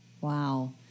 wow